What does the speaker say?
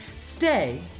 stay